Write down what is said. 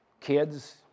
kids